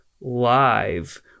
Live